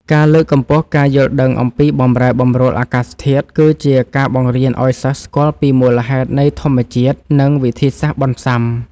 ការលើកកម្ពស់ការយល់ដឹងអំពីបម្រែបម្រួលអាកាសធាតុ គឺជាការបង្រៀនឱ្យសិស្សស្គាល់ពីមូលហេតុនៃធម្មជាតិ និង វិធីសាស្ត្របន្សុាំ។